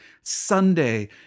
Sunday